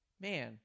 man